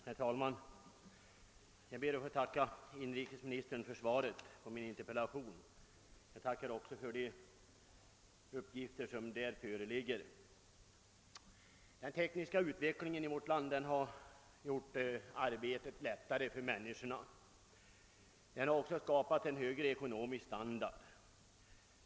Herr talman! Jag ber att få tacka inrikesministern för svaret på min interpellation och för de uppgifter som där lämnats. Den tekniska utvecklingen i vårt land har gjort arbetet lättare för människorna. Den har också skapat en högre ekonomisk standard.